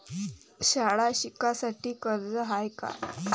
शाळा शिकासाठी कर्ज हाय का?